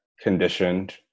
conditioned